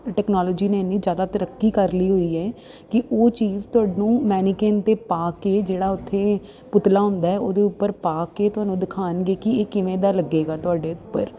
technology ਨੇ ਇੰਨੀ ਜ਼ਿਆਦਾ ਤਰੱਕੀ ਕਰ ਲਈ ਹੋਈ ਹੈ ਕਿ ਉਹ ਚੀਜ਼ ਤੁਹਾਨੂੰ ਮੈਨੀਕਉਨ ਦੇ ਪਾ ਕੇ ਜਿਹੜਾ ਉੱਥੇ ਪੁਤਲਾ ਹੁੰਦਾ ਉਹਦੇ ਉੱਪਰ ਪਾ ਕੇ ਤੁਹਾਨੂੰ ਦਿਖਾਣਗੇ ਕਿ ਇਹ ਕਿਵੇਂ ਦਾ ਲੱਗੇਗਾ ਤੁਹਾਡੇ ਉੱਪਰ